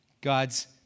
God's